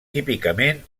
típicament